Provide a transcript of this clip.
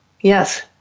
yes